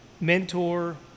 Mentor